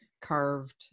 carved